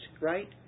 right